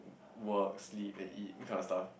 work sleep and eat that kind of stuff